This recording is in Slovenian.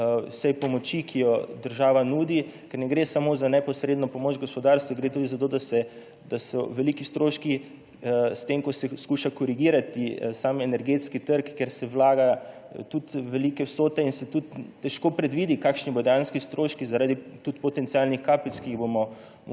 vse pomoči, ki jo država nudi, ker ne gre samo za neposredno pomoč gospodarstvu, gre tudi za to, da so veliki stroški s tem, ko se skuša korigirati energetski trg, ker se vlagajo tudi velike vsote, in se tudi težko predvidi, kakšni bodo dejanski stroški tudi zaradi potencialnih kapic, ki jih bomo